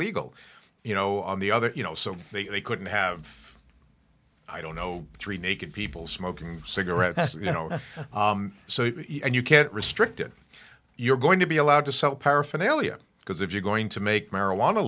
legal you know on the other you know so they couldn't have i don't know three naked people smoking cigarettes you know so and you can't restrict it you're going to be allowed to sell paraphernalia because if you're going to make marijuana